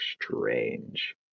strange